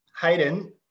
Hayden